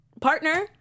Partner